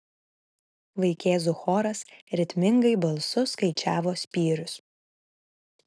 vaikėzų choras ritmingai balsu skaičiavo spyrius